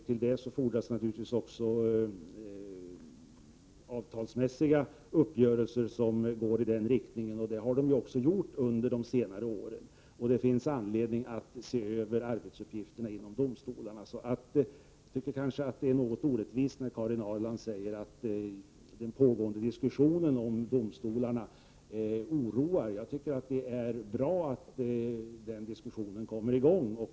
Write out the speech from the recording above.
Men då fordras det naturligtvis även avtalsmässiga uppgörelser som går i samma riktning. Så har ju också varit fallet under senare år. Det finns alltså anledning att se över arbetsuppgifterna vid domstolarna. Mot den bakgrunden tycker jag att det är litet orättvist att, som Karin Ahrland gör, säga att den pågående diskussionen om domstolarna oroar. Jag tycker i stället att det är bra att den diskussionen kommer i gång.